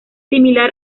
similar